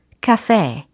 Cafe